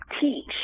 Teach